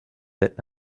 that